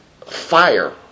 fire